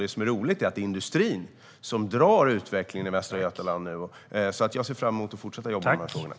Det roliga är att det är industrin som drar utvecklingen i Västra Götaland. Jag ser fram emot att fortsätta att jobba med dessa frågor.